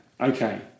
okay